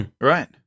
Right